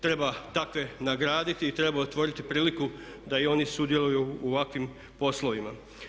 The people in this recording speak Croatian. Treba takve nagraditi i treba otvoriti priliku da i oni sudjeluj u ovakvim poslovima.